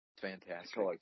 Fantastic